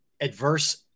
adverse